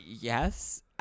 Yes